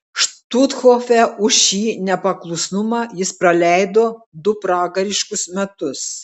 štuthofe už šį nepaklusnumą jis praleido du pragariškus metus